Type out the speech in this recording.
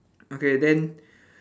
okay then